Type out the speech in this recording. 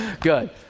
Good